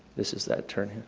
this is that turn